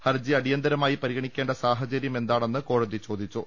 ഹർജി അടിയന്തര മായി പരിഗണിക്കേണ്ട സാഹചര്യം എന്താണെന്ന് കോടതി ചോദി ച്ചു